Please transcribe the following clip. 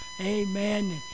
amen